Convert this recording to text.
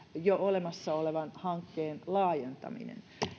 jo olemassa olevan hankkeen laajentaminen